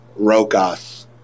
Rokas